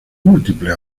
múltiples